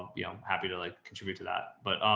be um happy to like, contribute to that. but,